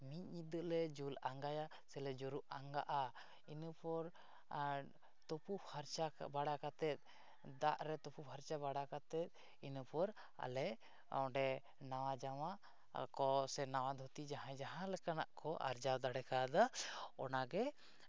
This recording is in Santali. ᱢᱤᱫ ᱧᱚᱫᱟᱹᱞᱮ ᱡᱩᱞ ᱟᱸᱜᱟᱭᱟ ᱥᱮᱞᱮ ᱡᱩᱨᱩᱜ ᱟᱝᱜᱟᱜᱼᱟ ᱤᱱᱟᱹᱯᱚᱨ ᱛᱩᱯᱩ ᱯᱷᱟᱨᱪᱟ ᱵᱟᱲᱟ ᱠᱟᱛᱮᱫ ᱫᱟᱜ ᱨᱮ ᱛᱩᱯᱩ ᱯᱷᱟᱨᱪᱟ ᱵᱟᱲᱟ ᱠᱟᱛᱮᱫ ᱤᱱᱟᱹᱯᱚᱨ ᱟᱞᱮ ᱚᱸᱰᱮ ᱱᱟᱣᱟ ᱡᱟᱢᱟ ᱠᱚ ᱥᱮ ᱱᱟᱣᱟ ᱫᱷᱩᱛᱤ ᱡᱟᱦᱟᱸᱭ ᱡᱟᱦᱟᱸ ᱞᱮᱠᱟᱱᱟᱜ ᱠᱚ ᱟᱨᱡᱟᱣ ᱫᱟᱲᱮ ᱠᱟᱣᱫᱟ ᱚᱱᱟ ᱜᱮ